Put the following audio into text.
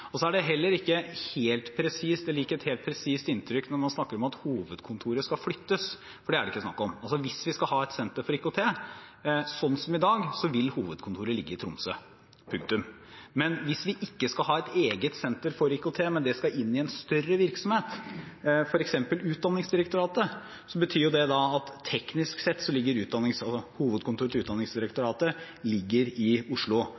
Det gir heller ikke et helt presist inntrykk når man snakker om at hovedkontoret skal flyttes, for det er det ikke snakk om. Hvis vi skal ha et senter for IKT som i dag, vil hovedkontoret ligge i Tromsø – punktum. Men hvis vi ikke skal ha et eget senter for IKT, men det skal inn i en større virksomhet, f.eks. Utdanningsdirektoratet, betyr det at teknisk sett ligger hovedkontoret til Utdanningsdirektoratet i Oslo,